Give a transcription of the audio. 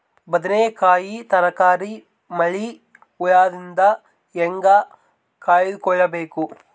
ಬದನೆಕಾಯಿ ತರಕಾರಿ ಮಳಿ ಹುಳಾದಿಂದ ಹೇಂಗ ಕಾಯ್ದುಕೊಬೇಕು?